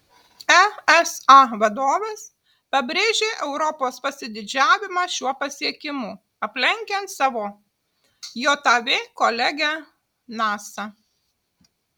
esa vadovas pabrėžė europos pasididžiavimą šiuo pasiekimu aplenkiant savo jav kolegę nasa